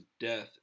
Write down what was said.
death